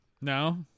No